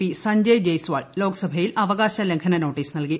P Sanjay Jaiswal ലോക്സഭയിൽ അവകാശ ലംഘന നോട്ടീസ് നൽകി